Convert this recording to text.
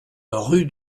rue